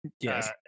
Yes